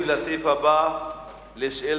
הצעת החוק התקבלה בקריאה ראשונה,